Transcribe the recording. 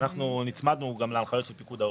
אנחנו נצמדנו גם להנחיות של פיקוד העורף.